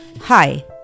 Hi